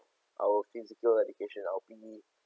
our physical education our P_E